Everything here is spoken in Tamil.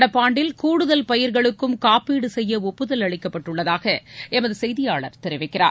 நடப்பாண்டில் கூடுதல் பயிர்களுக்கும் காப்பீடு செய்ய ஒப்புதல் அளிக்கப்பட்டுள்ளதாக எமது செய்தியாளர் தெரிவிக்கிறார்